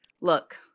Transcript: look